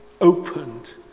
opened